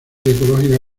ecológica